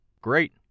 Great